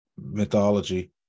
mythology